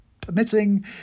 permitting